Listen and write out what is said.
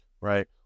Right